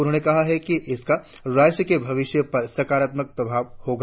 उन्होंने कहा कि इसका राष्ट्र के भविष्य पर सकारात्मक प्रभाव होगा